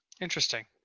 Interesting